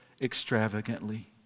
extravagantly